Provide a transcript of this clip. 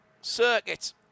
circuit